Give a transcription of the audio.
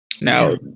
Now